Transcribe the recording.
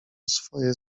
swoje